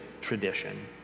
tradition